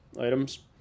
items